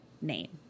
name